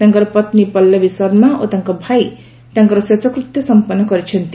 ତାଙ୍କର ପତ୍ନୀ ପଲ୍ଲୁବୀ ଶର୍ମା ଓ ତାଙ୍କର ଭାଇ ତାଙ୍କର ଶେଷକୃତ୍ୟ ସଂପନ୍ନ କରିଛନ୍ତି